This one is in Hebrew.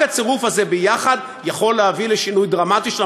רק הצירוף הזה יחד יכול להביא לשינוי דרמטי של